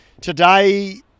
today